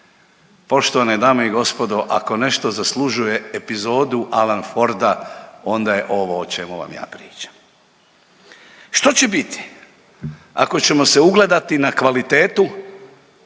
Poštovane dame i gospodo, ako nešto zaslužuje epizodu Alan Forda, onda je ovo o čemu vam ja pričam. Što će biti ako ćemo se ugledati na kvalitetu,